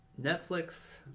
Netflix